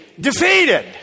defeated